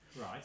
Right